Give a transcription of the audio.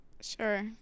Sure